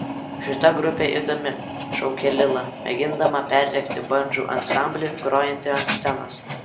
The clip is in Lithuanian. šita grupė įdomi šaukia lila mėgindama perrėkti bandžų ansamblį grojantį ant scenos